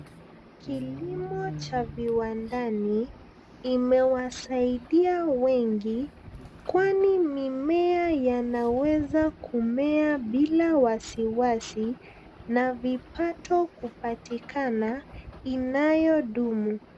Kilimo cha viwandani, imewasaidia wengi, kwani mimea yanaweza kumea bila wasiwasi, na vipato kupatikana, inayodumu.